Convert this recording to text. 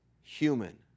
human